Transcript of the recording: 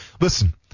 listen